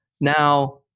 Now